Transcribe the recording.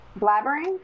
blabbering